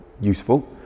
useful